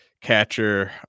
catcher